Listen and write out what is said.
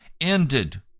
ended